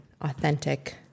authentic